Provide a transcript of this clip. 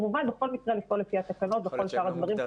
כמובן בכל מקרה לפעול לפי התקנות וכל שאר הדברים.